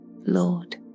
Lord